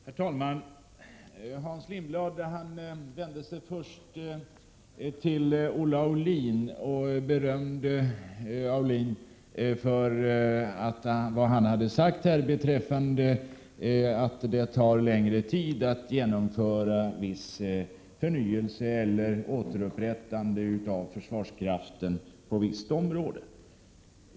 Herr talman! Hans Lindblad vände sig först till Olle Aulin och berömde honom för vad han hade sagt om att det tar längre tid att genomföra viss förnyelse eller återupprättande av försvarskraften på visst område.